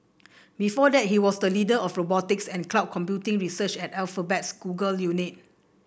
before that he was the leader of robotics and cloud computing research at Alphabet's Google unit